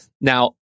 now